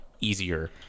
easier